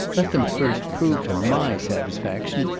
let them first prove to my satisfaction,